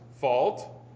fault